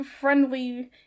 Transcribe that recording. friendly